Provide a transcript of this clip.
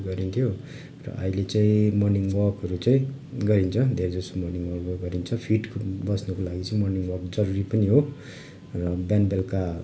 गरिन्थ्यो र अहिले चाहिँ मर्निङ वाकहरू चाहिँ गरिन्छ धेर जसो मर्निङ वाकहरू गरिन्छ फिट बस्नुको लागि चाहिँ मर्निङ वाक जरुरी पनि हो र बिहान बेलुका